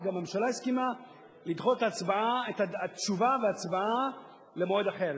וגם הממשלה הסכימה לדחות את התשובה וההצבעה למועד אחר.